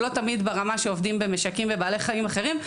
שלא תמיד ברמה שעובדים במשקים עם בעלי חיים אחרים.